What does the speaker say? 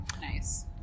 Nice